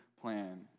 plan